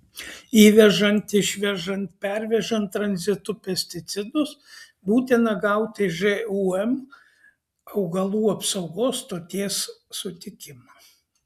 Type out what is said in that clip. įvežant išvežant pervežant tranzitu pesticidus būtina gauti žūm augalų apsaugos stoties sutikimą